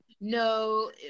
No